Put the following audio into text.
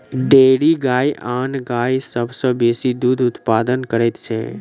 dairy गाय आन गाय सभ सॅ बेसी दूध उत्पादन करैत छै